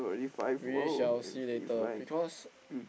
we shall see later because